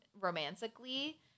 romantically